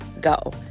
go